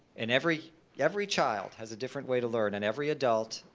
in every every child, has a different way to learn, and every adult,